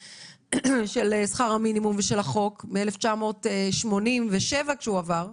על שכר המינימום ועל החוק שעבר ב-1987,